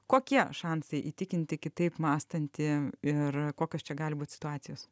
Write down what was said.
kokie šansai įtikinti kitaip mąstantį ir kokios čia gali būti situacijos